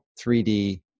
3d